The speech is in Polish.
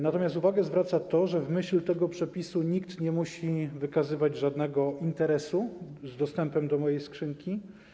Natomiast uwagę zwraca to, że w myśl tego przepisu nikt nie musi wykazywać żadnego interesu związanego z dostępem do mojej skrzynki.